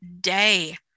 day